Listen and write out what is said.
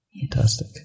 Fantastic